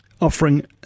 offering